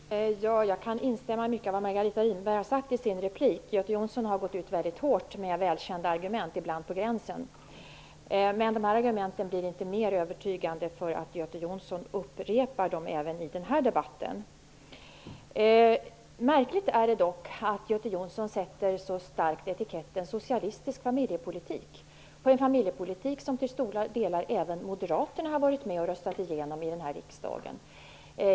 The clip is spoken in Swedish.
Herr talman! Jag kan instämma i mycket av vad Margareta Winberg har sagt i sin replik. Göte Jonsson har gått ut mycket hårt, på gränsen till alltför hårt, med välkända argument. Men dessa argument blir inte mera övertygande för att Göte Jonsson upprepar dem även i den här debatten. Märkligt är det dock att Göte Jonsson så starkt betonar etiketteringen socialistisk av den familjepolitik som till stora del även moderaterna har varit med om att rösta igenom här i riksdagen.